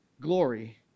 glory